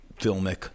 filmic